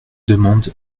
demande